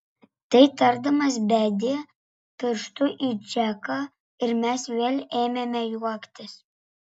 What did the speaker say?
tai tardamas bedė pirštu į džeką ir mes vėl ėmėme juoktis